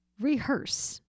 rehearse